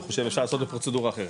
הוא חושב שאפשר לעשות בפרוצדורה אחרת.